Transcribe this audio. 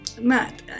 Matt